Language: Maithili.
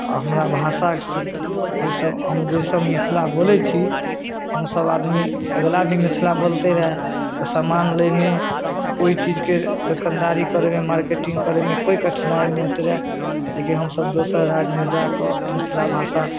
आओर हमरा भाषा से हम जेसब मिथिला बोलै छी हमसभ आदमीके अगिला भी मिथिला बोलतै रहै तऽ समान लैमे ओहि चीजके दोकानदारी करैमे मार्केटिन्ग करैमे कोइ कठिनाइ नहि होतै रहै लेकिन हमसभ दोसर राज्यमे जा कऽ मिथिला भाषा